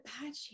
Apache